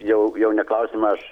jau jau ne klausimą aš